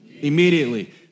Immediately